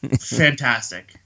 Fantastic